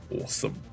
Awesome